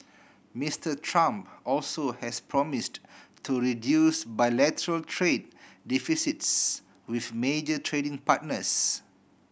Mister Trump also has promised to reduce bilateral trade deficits with major trading partners